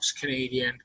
Canadian